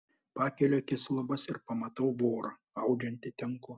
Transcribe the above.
pakeliu akis į lubas ir pamatau vorą audžiantį tinklą